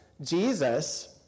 Jesus